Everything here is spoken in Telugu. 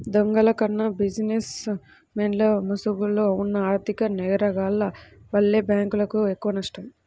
దొంగల కన్నా బిజినెస్ మెన్ల ముసుగులో ఉన్న ఆర్ధిక నేరగాల్ల వల్లే బ్యేంకులకు ఎక్కువనష్టం